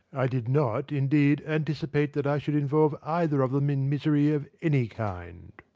i did not, indeed, anticipate that i should involve either of them in misery of any kind.